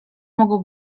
mogą